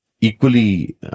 equally